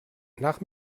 nach